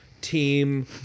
team